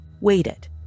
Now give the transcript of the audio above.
waited